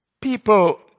People